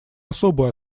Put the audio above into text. особую